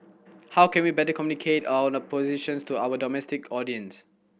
how can we better communicate our positions to our domestic audience